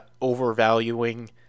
overvaluing